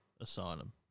Asylum